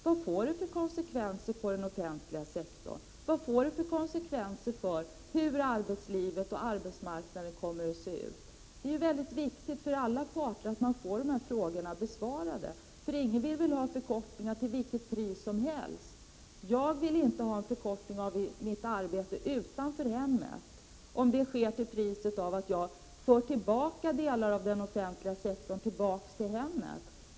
Vad får det för konsekvenser på den offentliga sektorn? Vad får det för konsekvenser för hur arbetslivet och arbetsmarknaden kommer att se ut? Det är viktigt för alla parter att man får dessa frågor besvarade. Ingen vill väl ha arbetstidsförkortning till vilket pris som helst. Jag vill inte ha en förkortning av mitt arbete utanför hemmet om det sker till priset av att delar av den offentliga sektorn förs tillbaka till hemmet.